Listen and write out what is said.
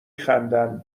خندند